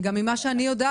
ממה שאני יודעת,